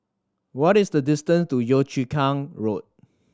what is the distance to Yio Chu Kang Road